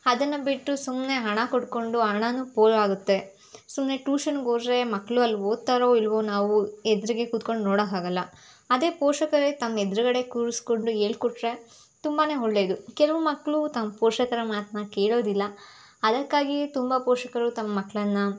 ಅದನ್ನು ಬಿಟ್ಟು ಸುಮ್ಮನೆ ಹಣ ಕೊಟ್ಟುಕೊಂಡು ಹಣಾನು ಪೋಲು ಆಗುತ್ತೆ ಸುಮ್ಮನೆ ಟೂಷನ್ಗೆ ಹೋದರೆ ಮಕ್ಕಳು ಅಲ್ಲಿ ಓದ್ತಾರೋ ಇಲ್ಲವೋ ನಾವು ಎದುರಿಗೆ ಕುತ್ಕೊಂಡು ನೋಡಕ್ಕೆ ಆಗಲ್ಲ ಅದೇ ಪೋಷಕರೇ ತಮ್ಮ ಎದುರುಗಡೆ ಕೂರಿಸ್ಕೊಂಡು ಹೇಳ್ಕೊಟ್ರೆ ತುಂಬಾ ಒಳ್ಳೇದು ಕೆಲವು ಮಕ್ಕಳು ತಮ್ಮ ಪೋಷಕರ ಮಾತನ್ನ ಕೇಳೋದಿಲ್ಲ ಅದಕ್ಕಾಗಿಯೇ ತುಂಬ ಪೋಷಕರು ತಮ್ಮ ಮಕ್ಕಳನ್ನ